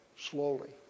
slowly